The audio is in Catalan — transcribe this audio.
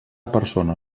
persona